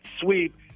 sweep